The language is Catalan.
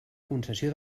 concessió